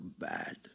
bad